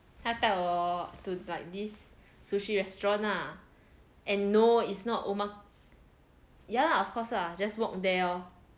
他带我 to like this sushi restaurant lah and no it's not oma~ ya lah of course lah just walk there lor